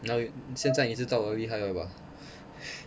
now you 现在你知道我的厉害了吧